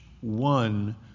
one